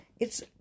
it's-